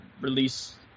release